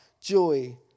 joy